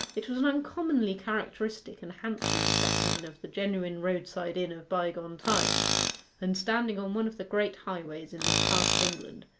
it was an uncommonly characteristic and handsome specimen of the genuine roadside inn of bygone times and standing on one of the great highways in this part of england,